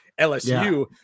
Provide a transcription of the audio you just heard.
lsu